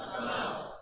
now